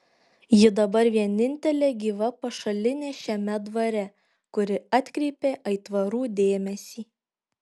ji dabar vienintelė gyva pašalinė šiame dvare kuri atkreipė aitvarų dėmesį